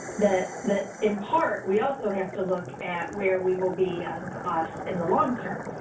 that that, in part, we also have to look at where we will be on cost in the long term.